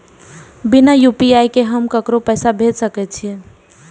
बिना U P I ककरो पैसा भेज सके छिए?